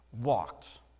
walked